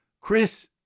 Chris